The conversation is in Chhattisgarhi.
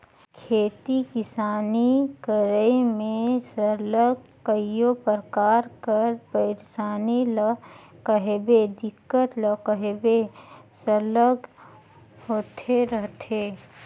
खेती किसानी करई में सरलग कइयो परकार कर पइरसानी ल कहबे दिक्कत ल कहबे सरलग होते रहथे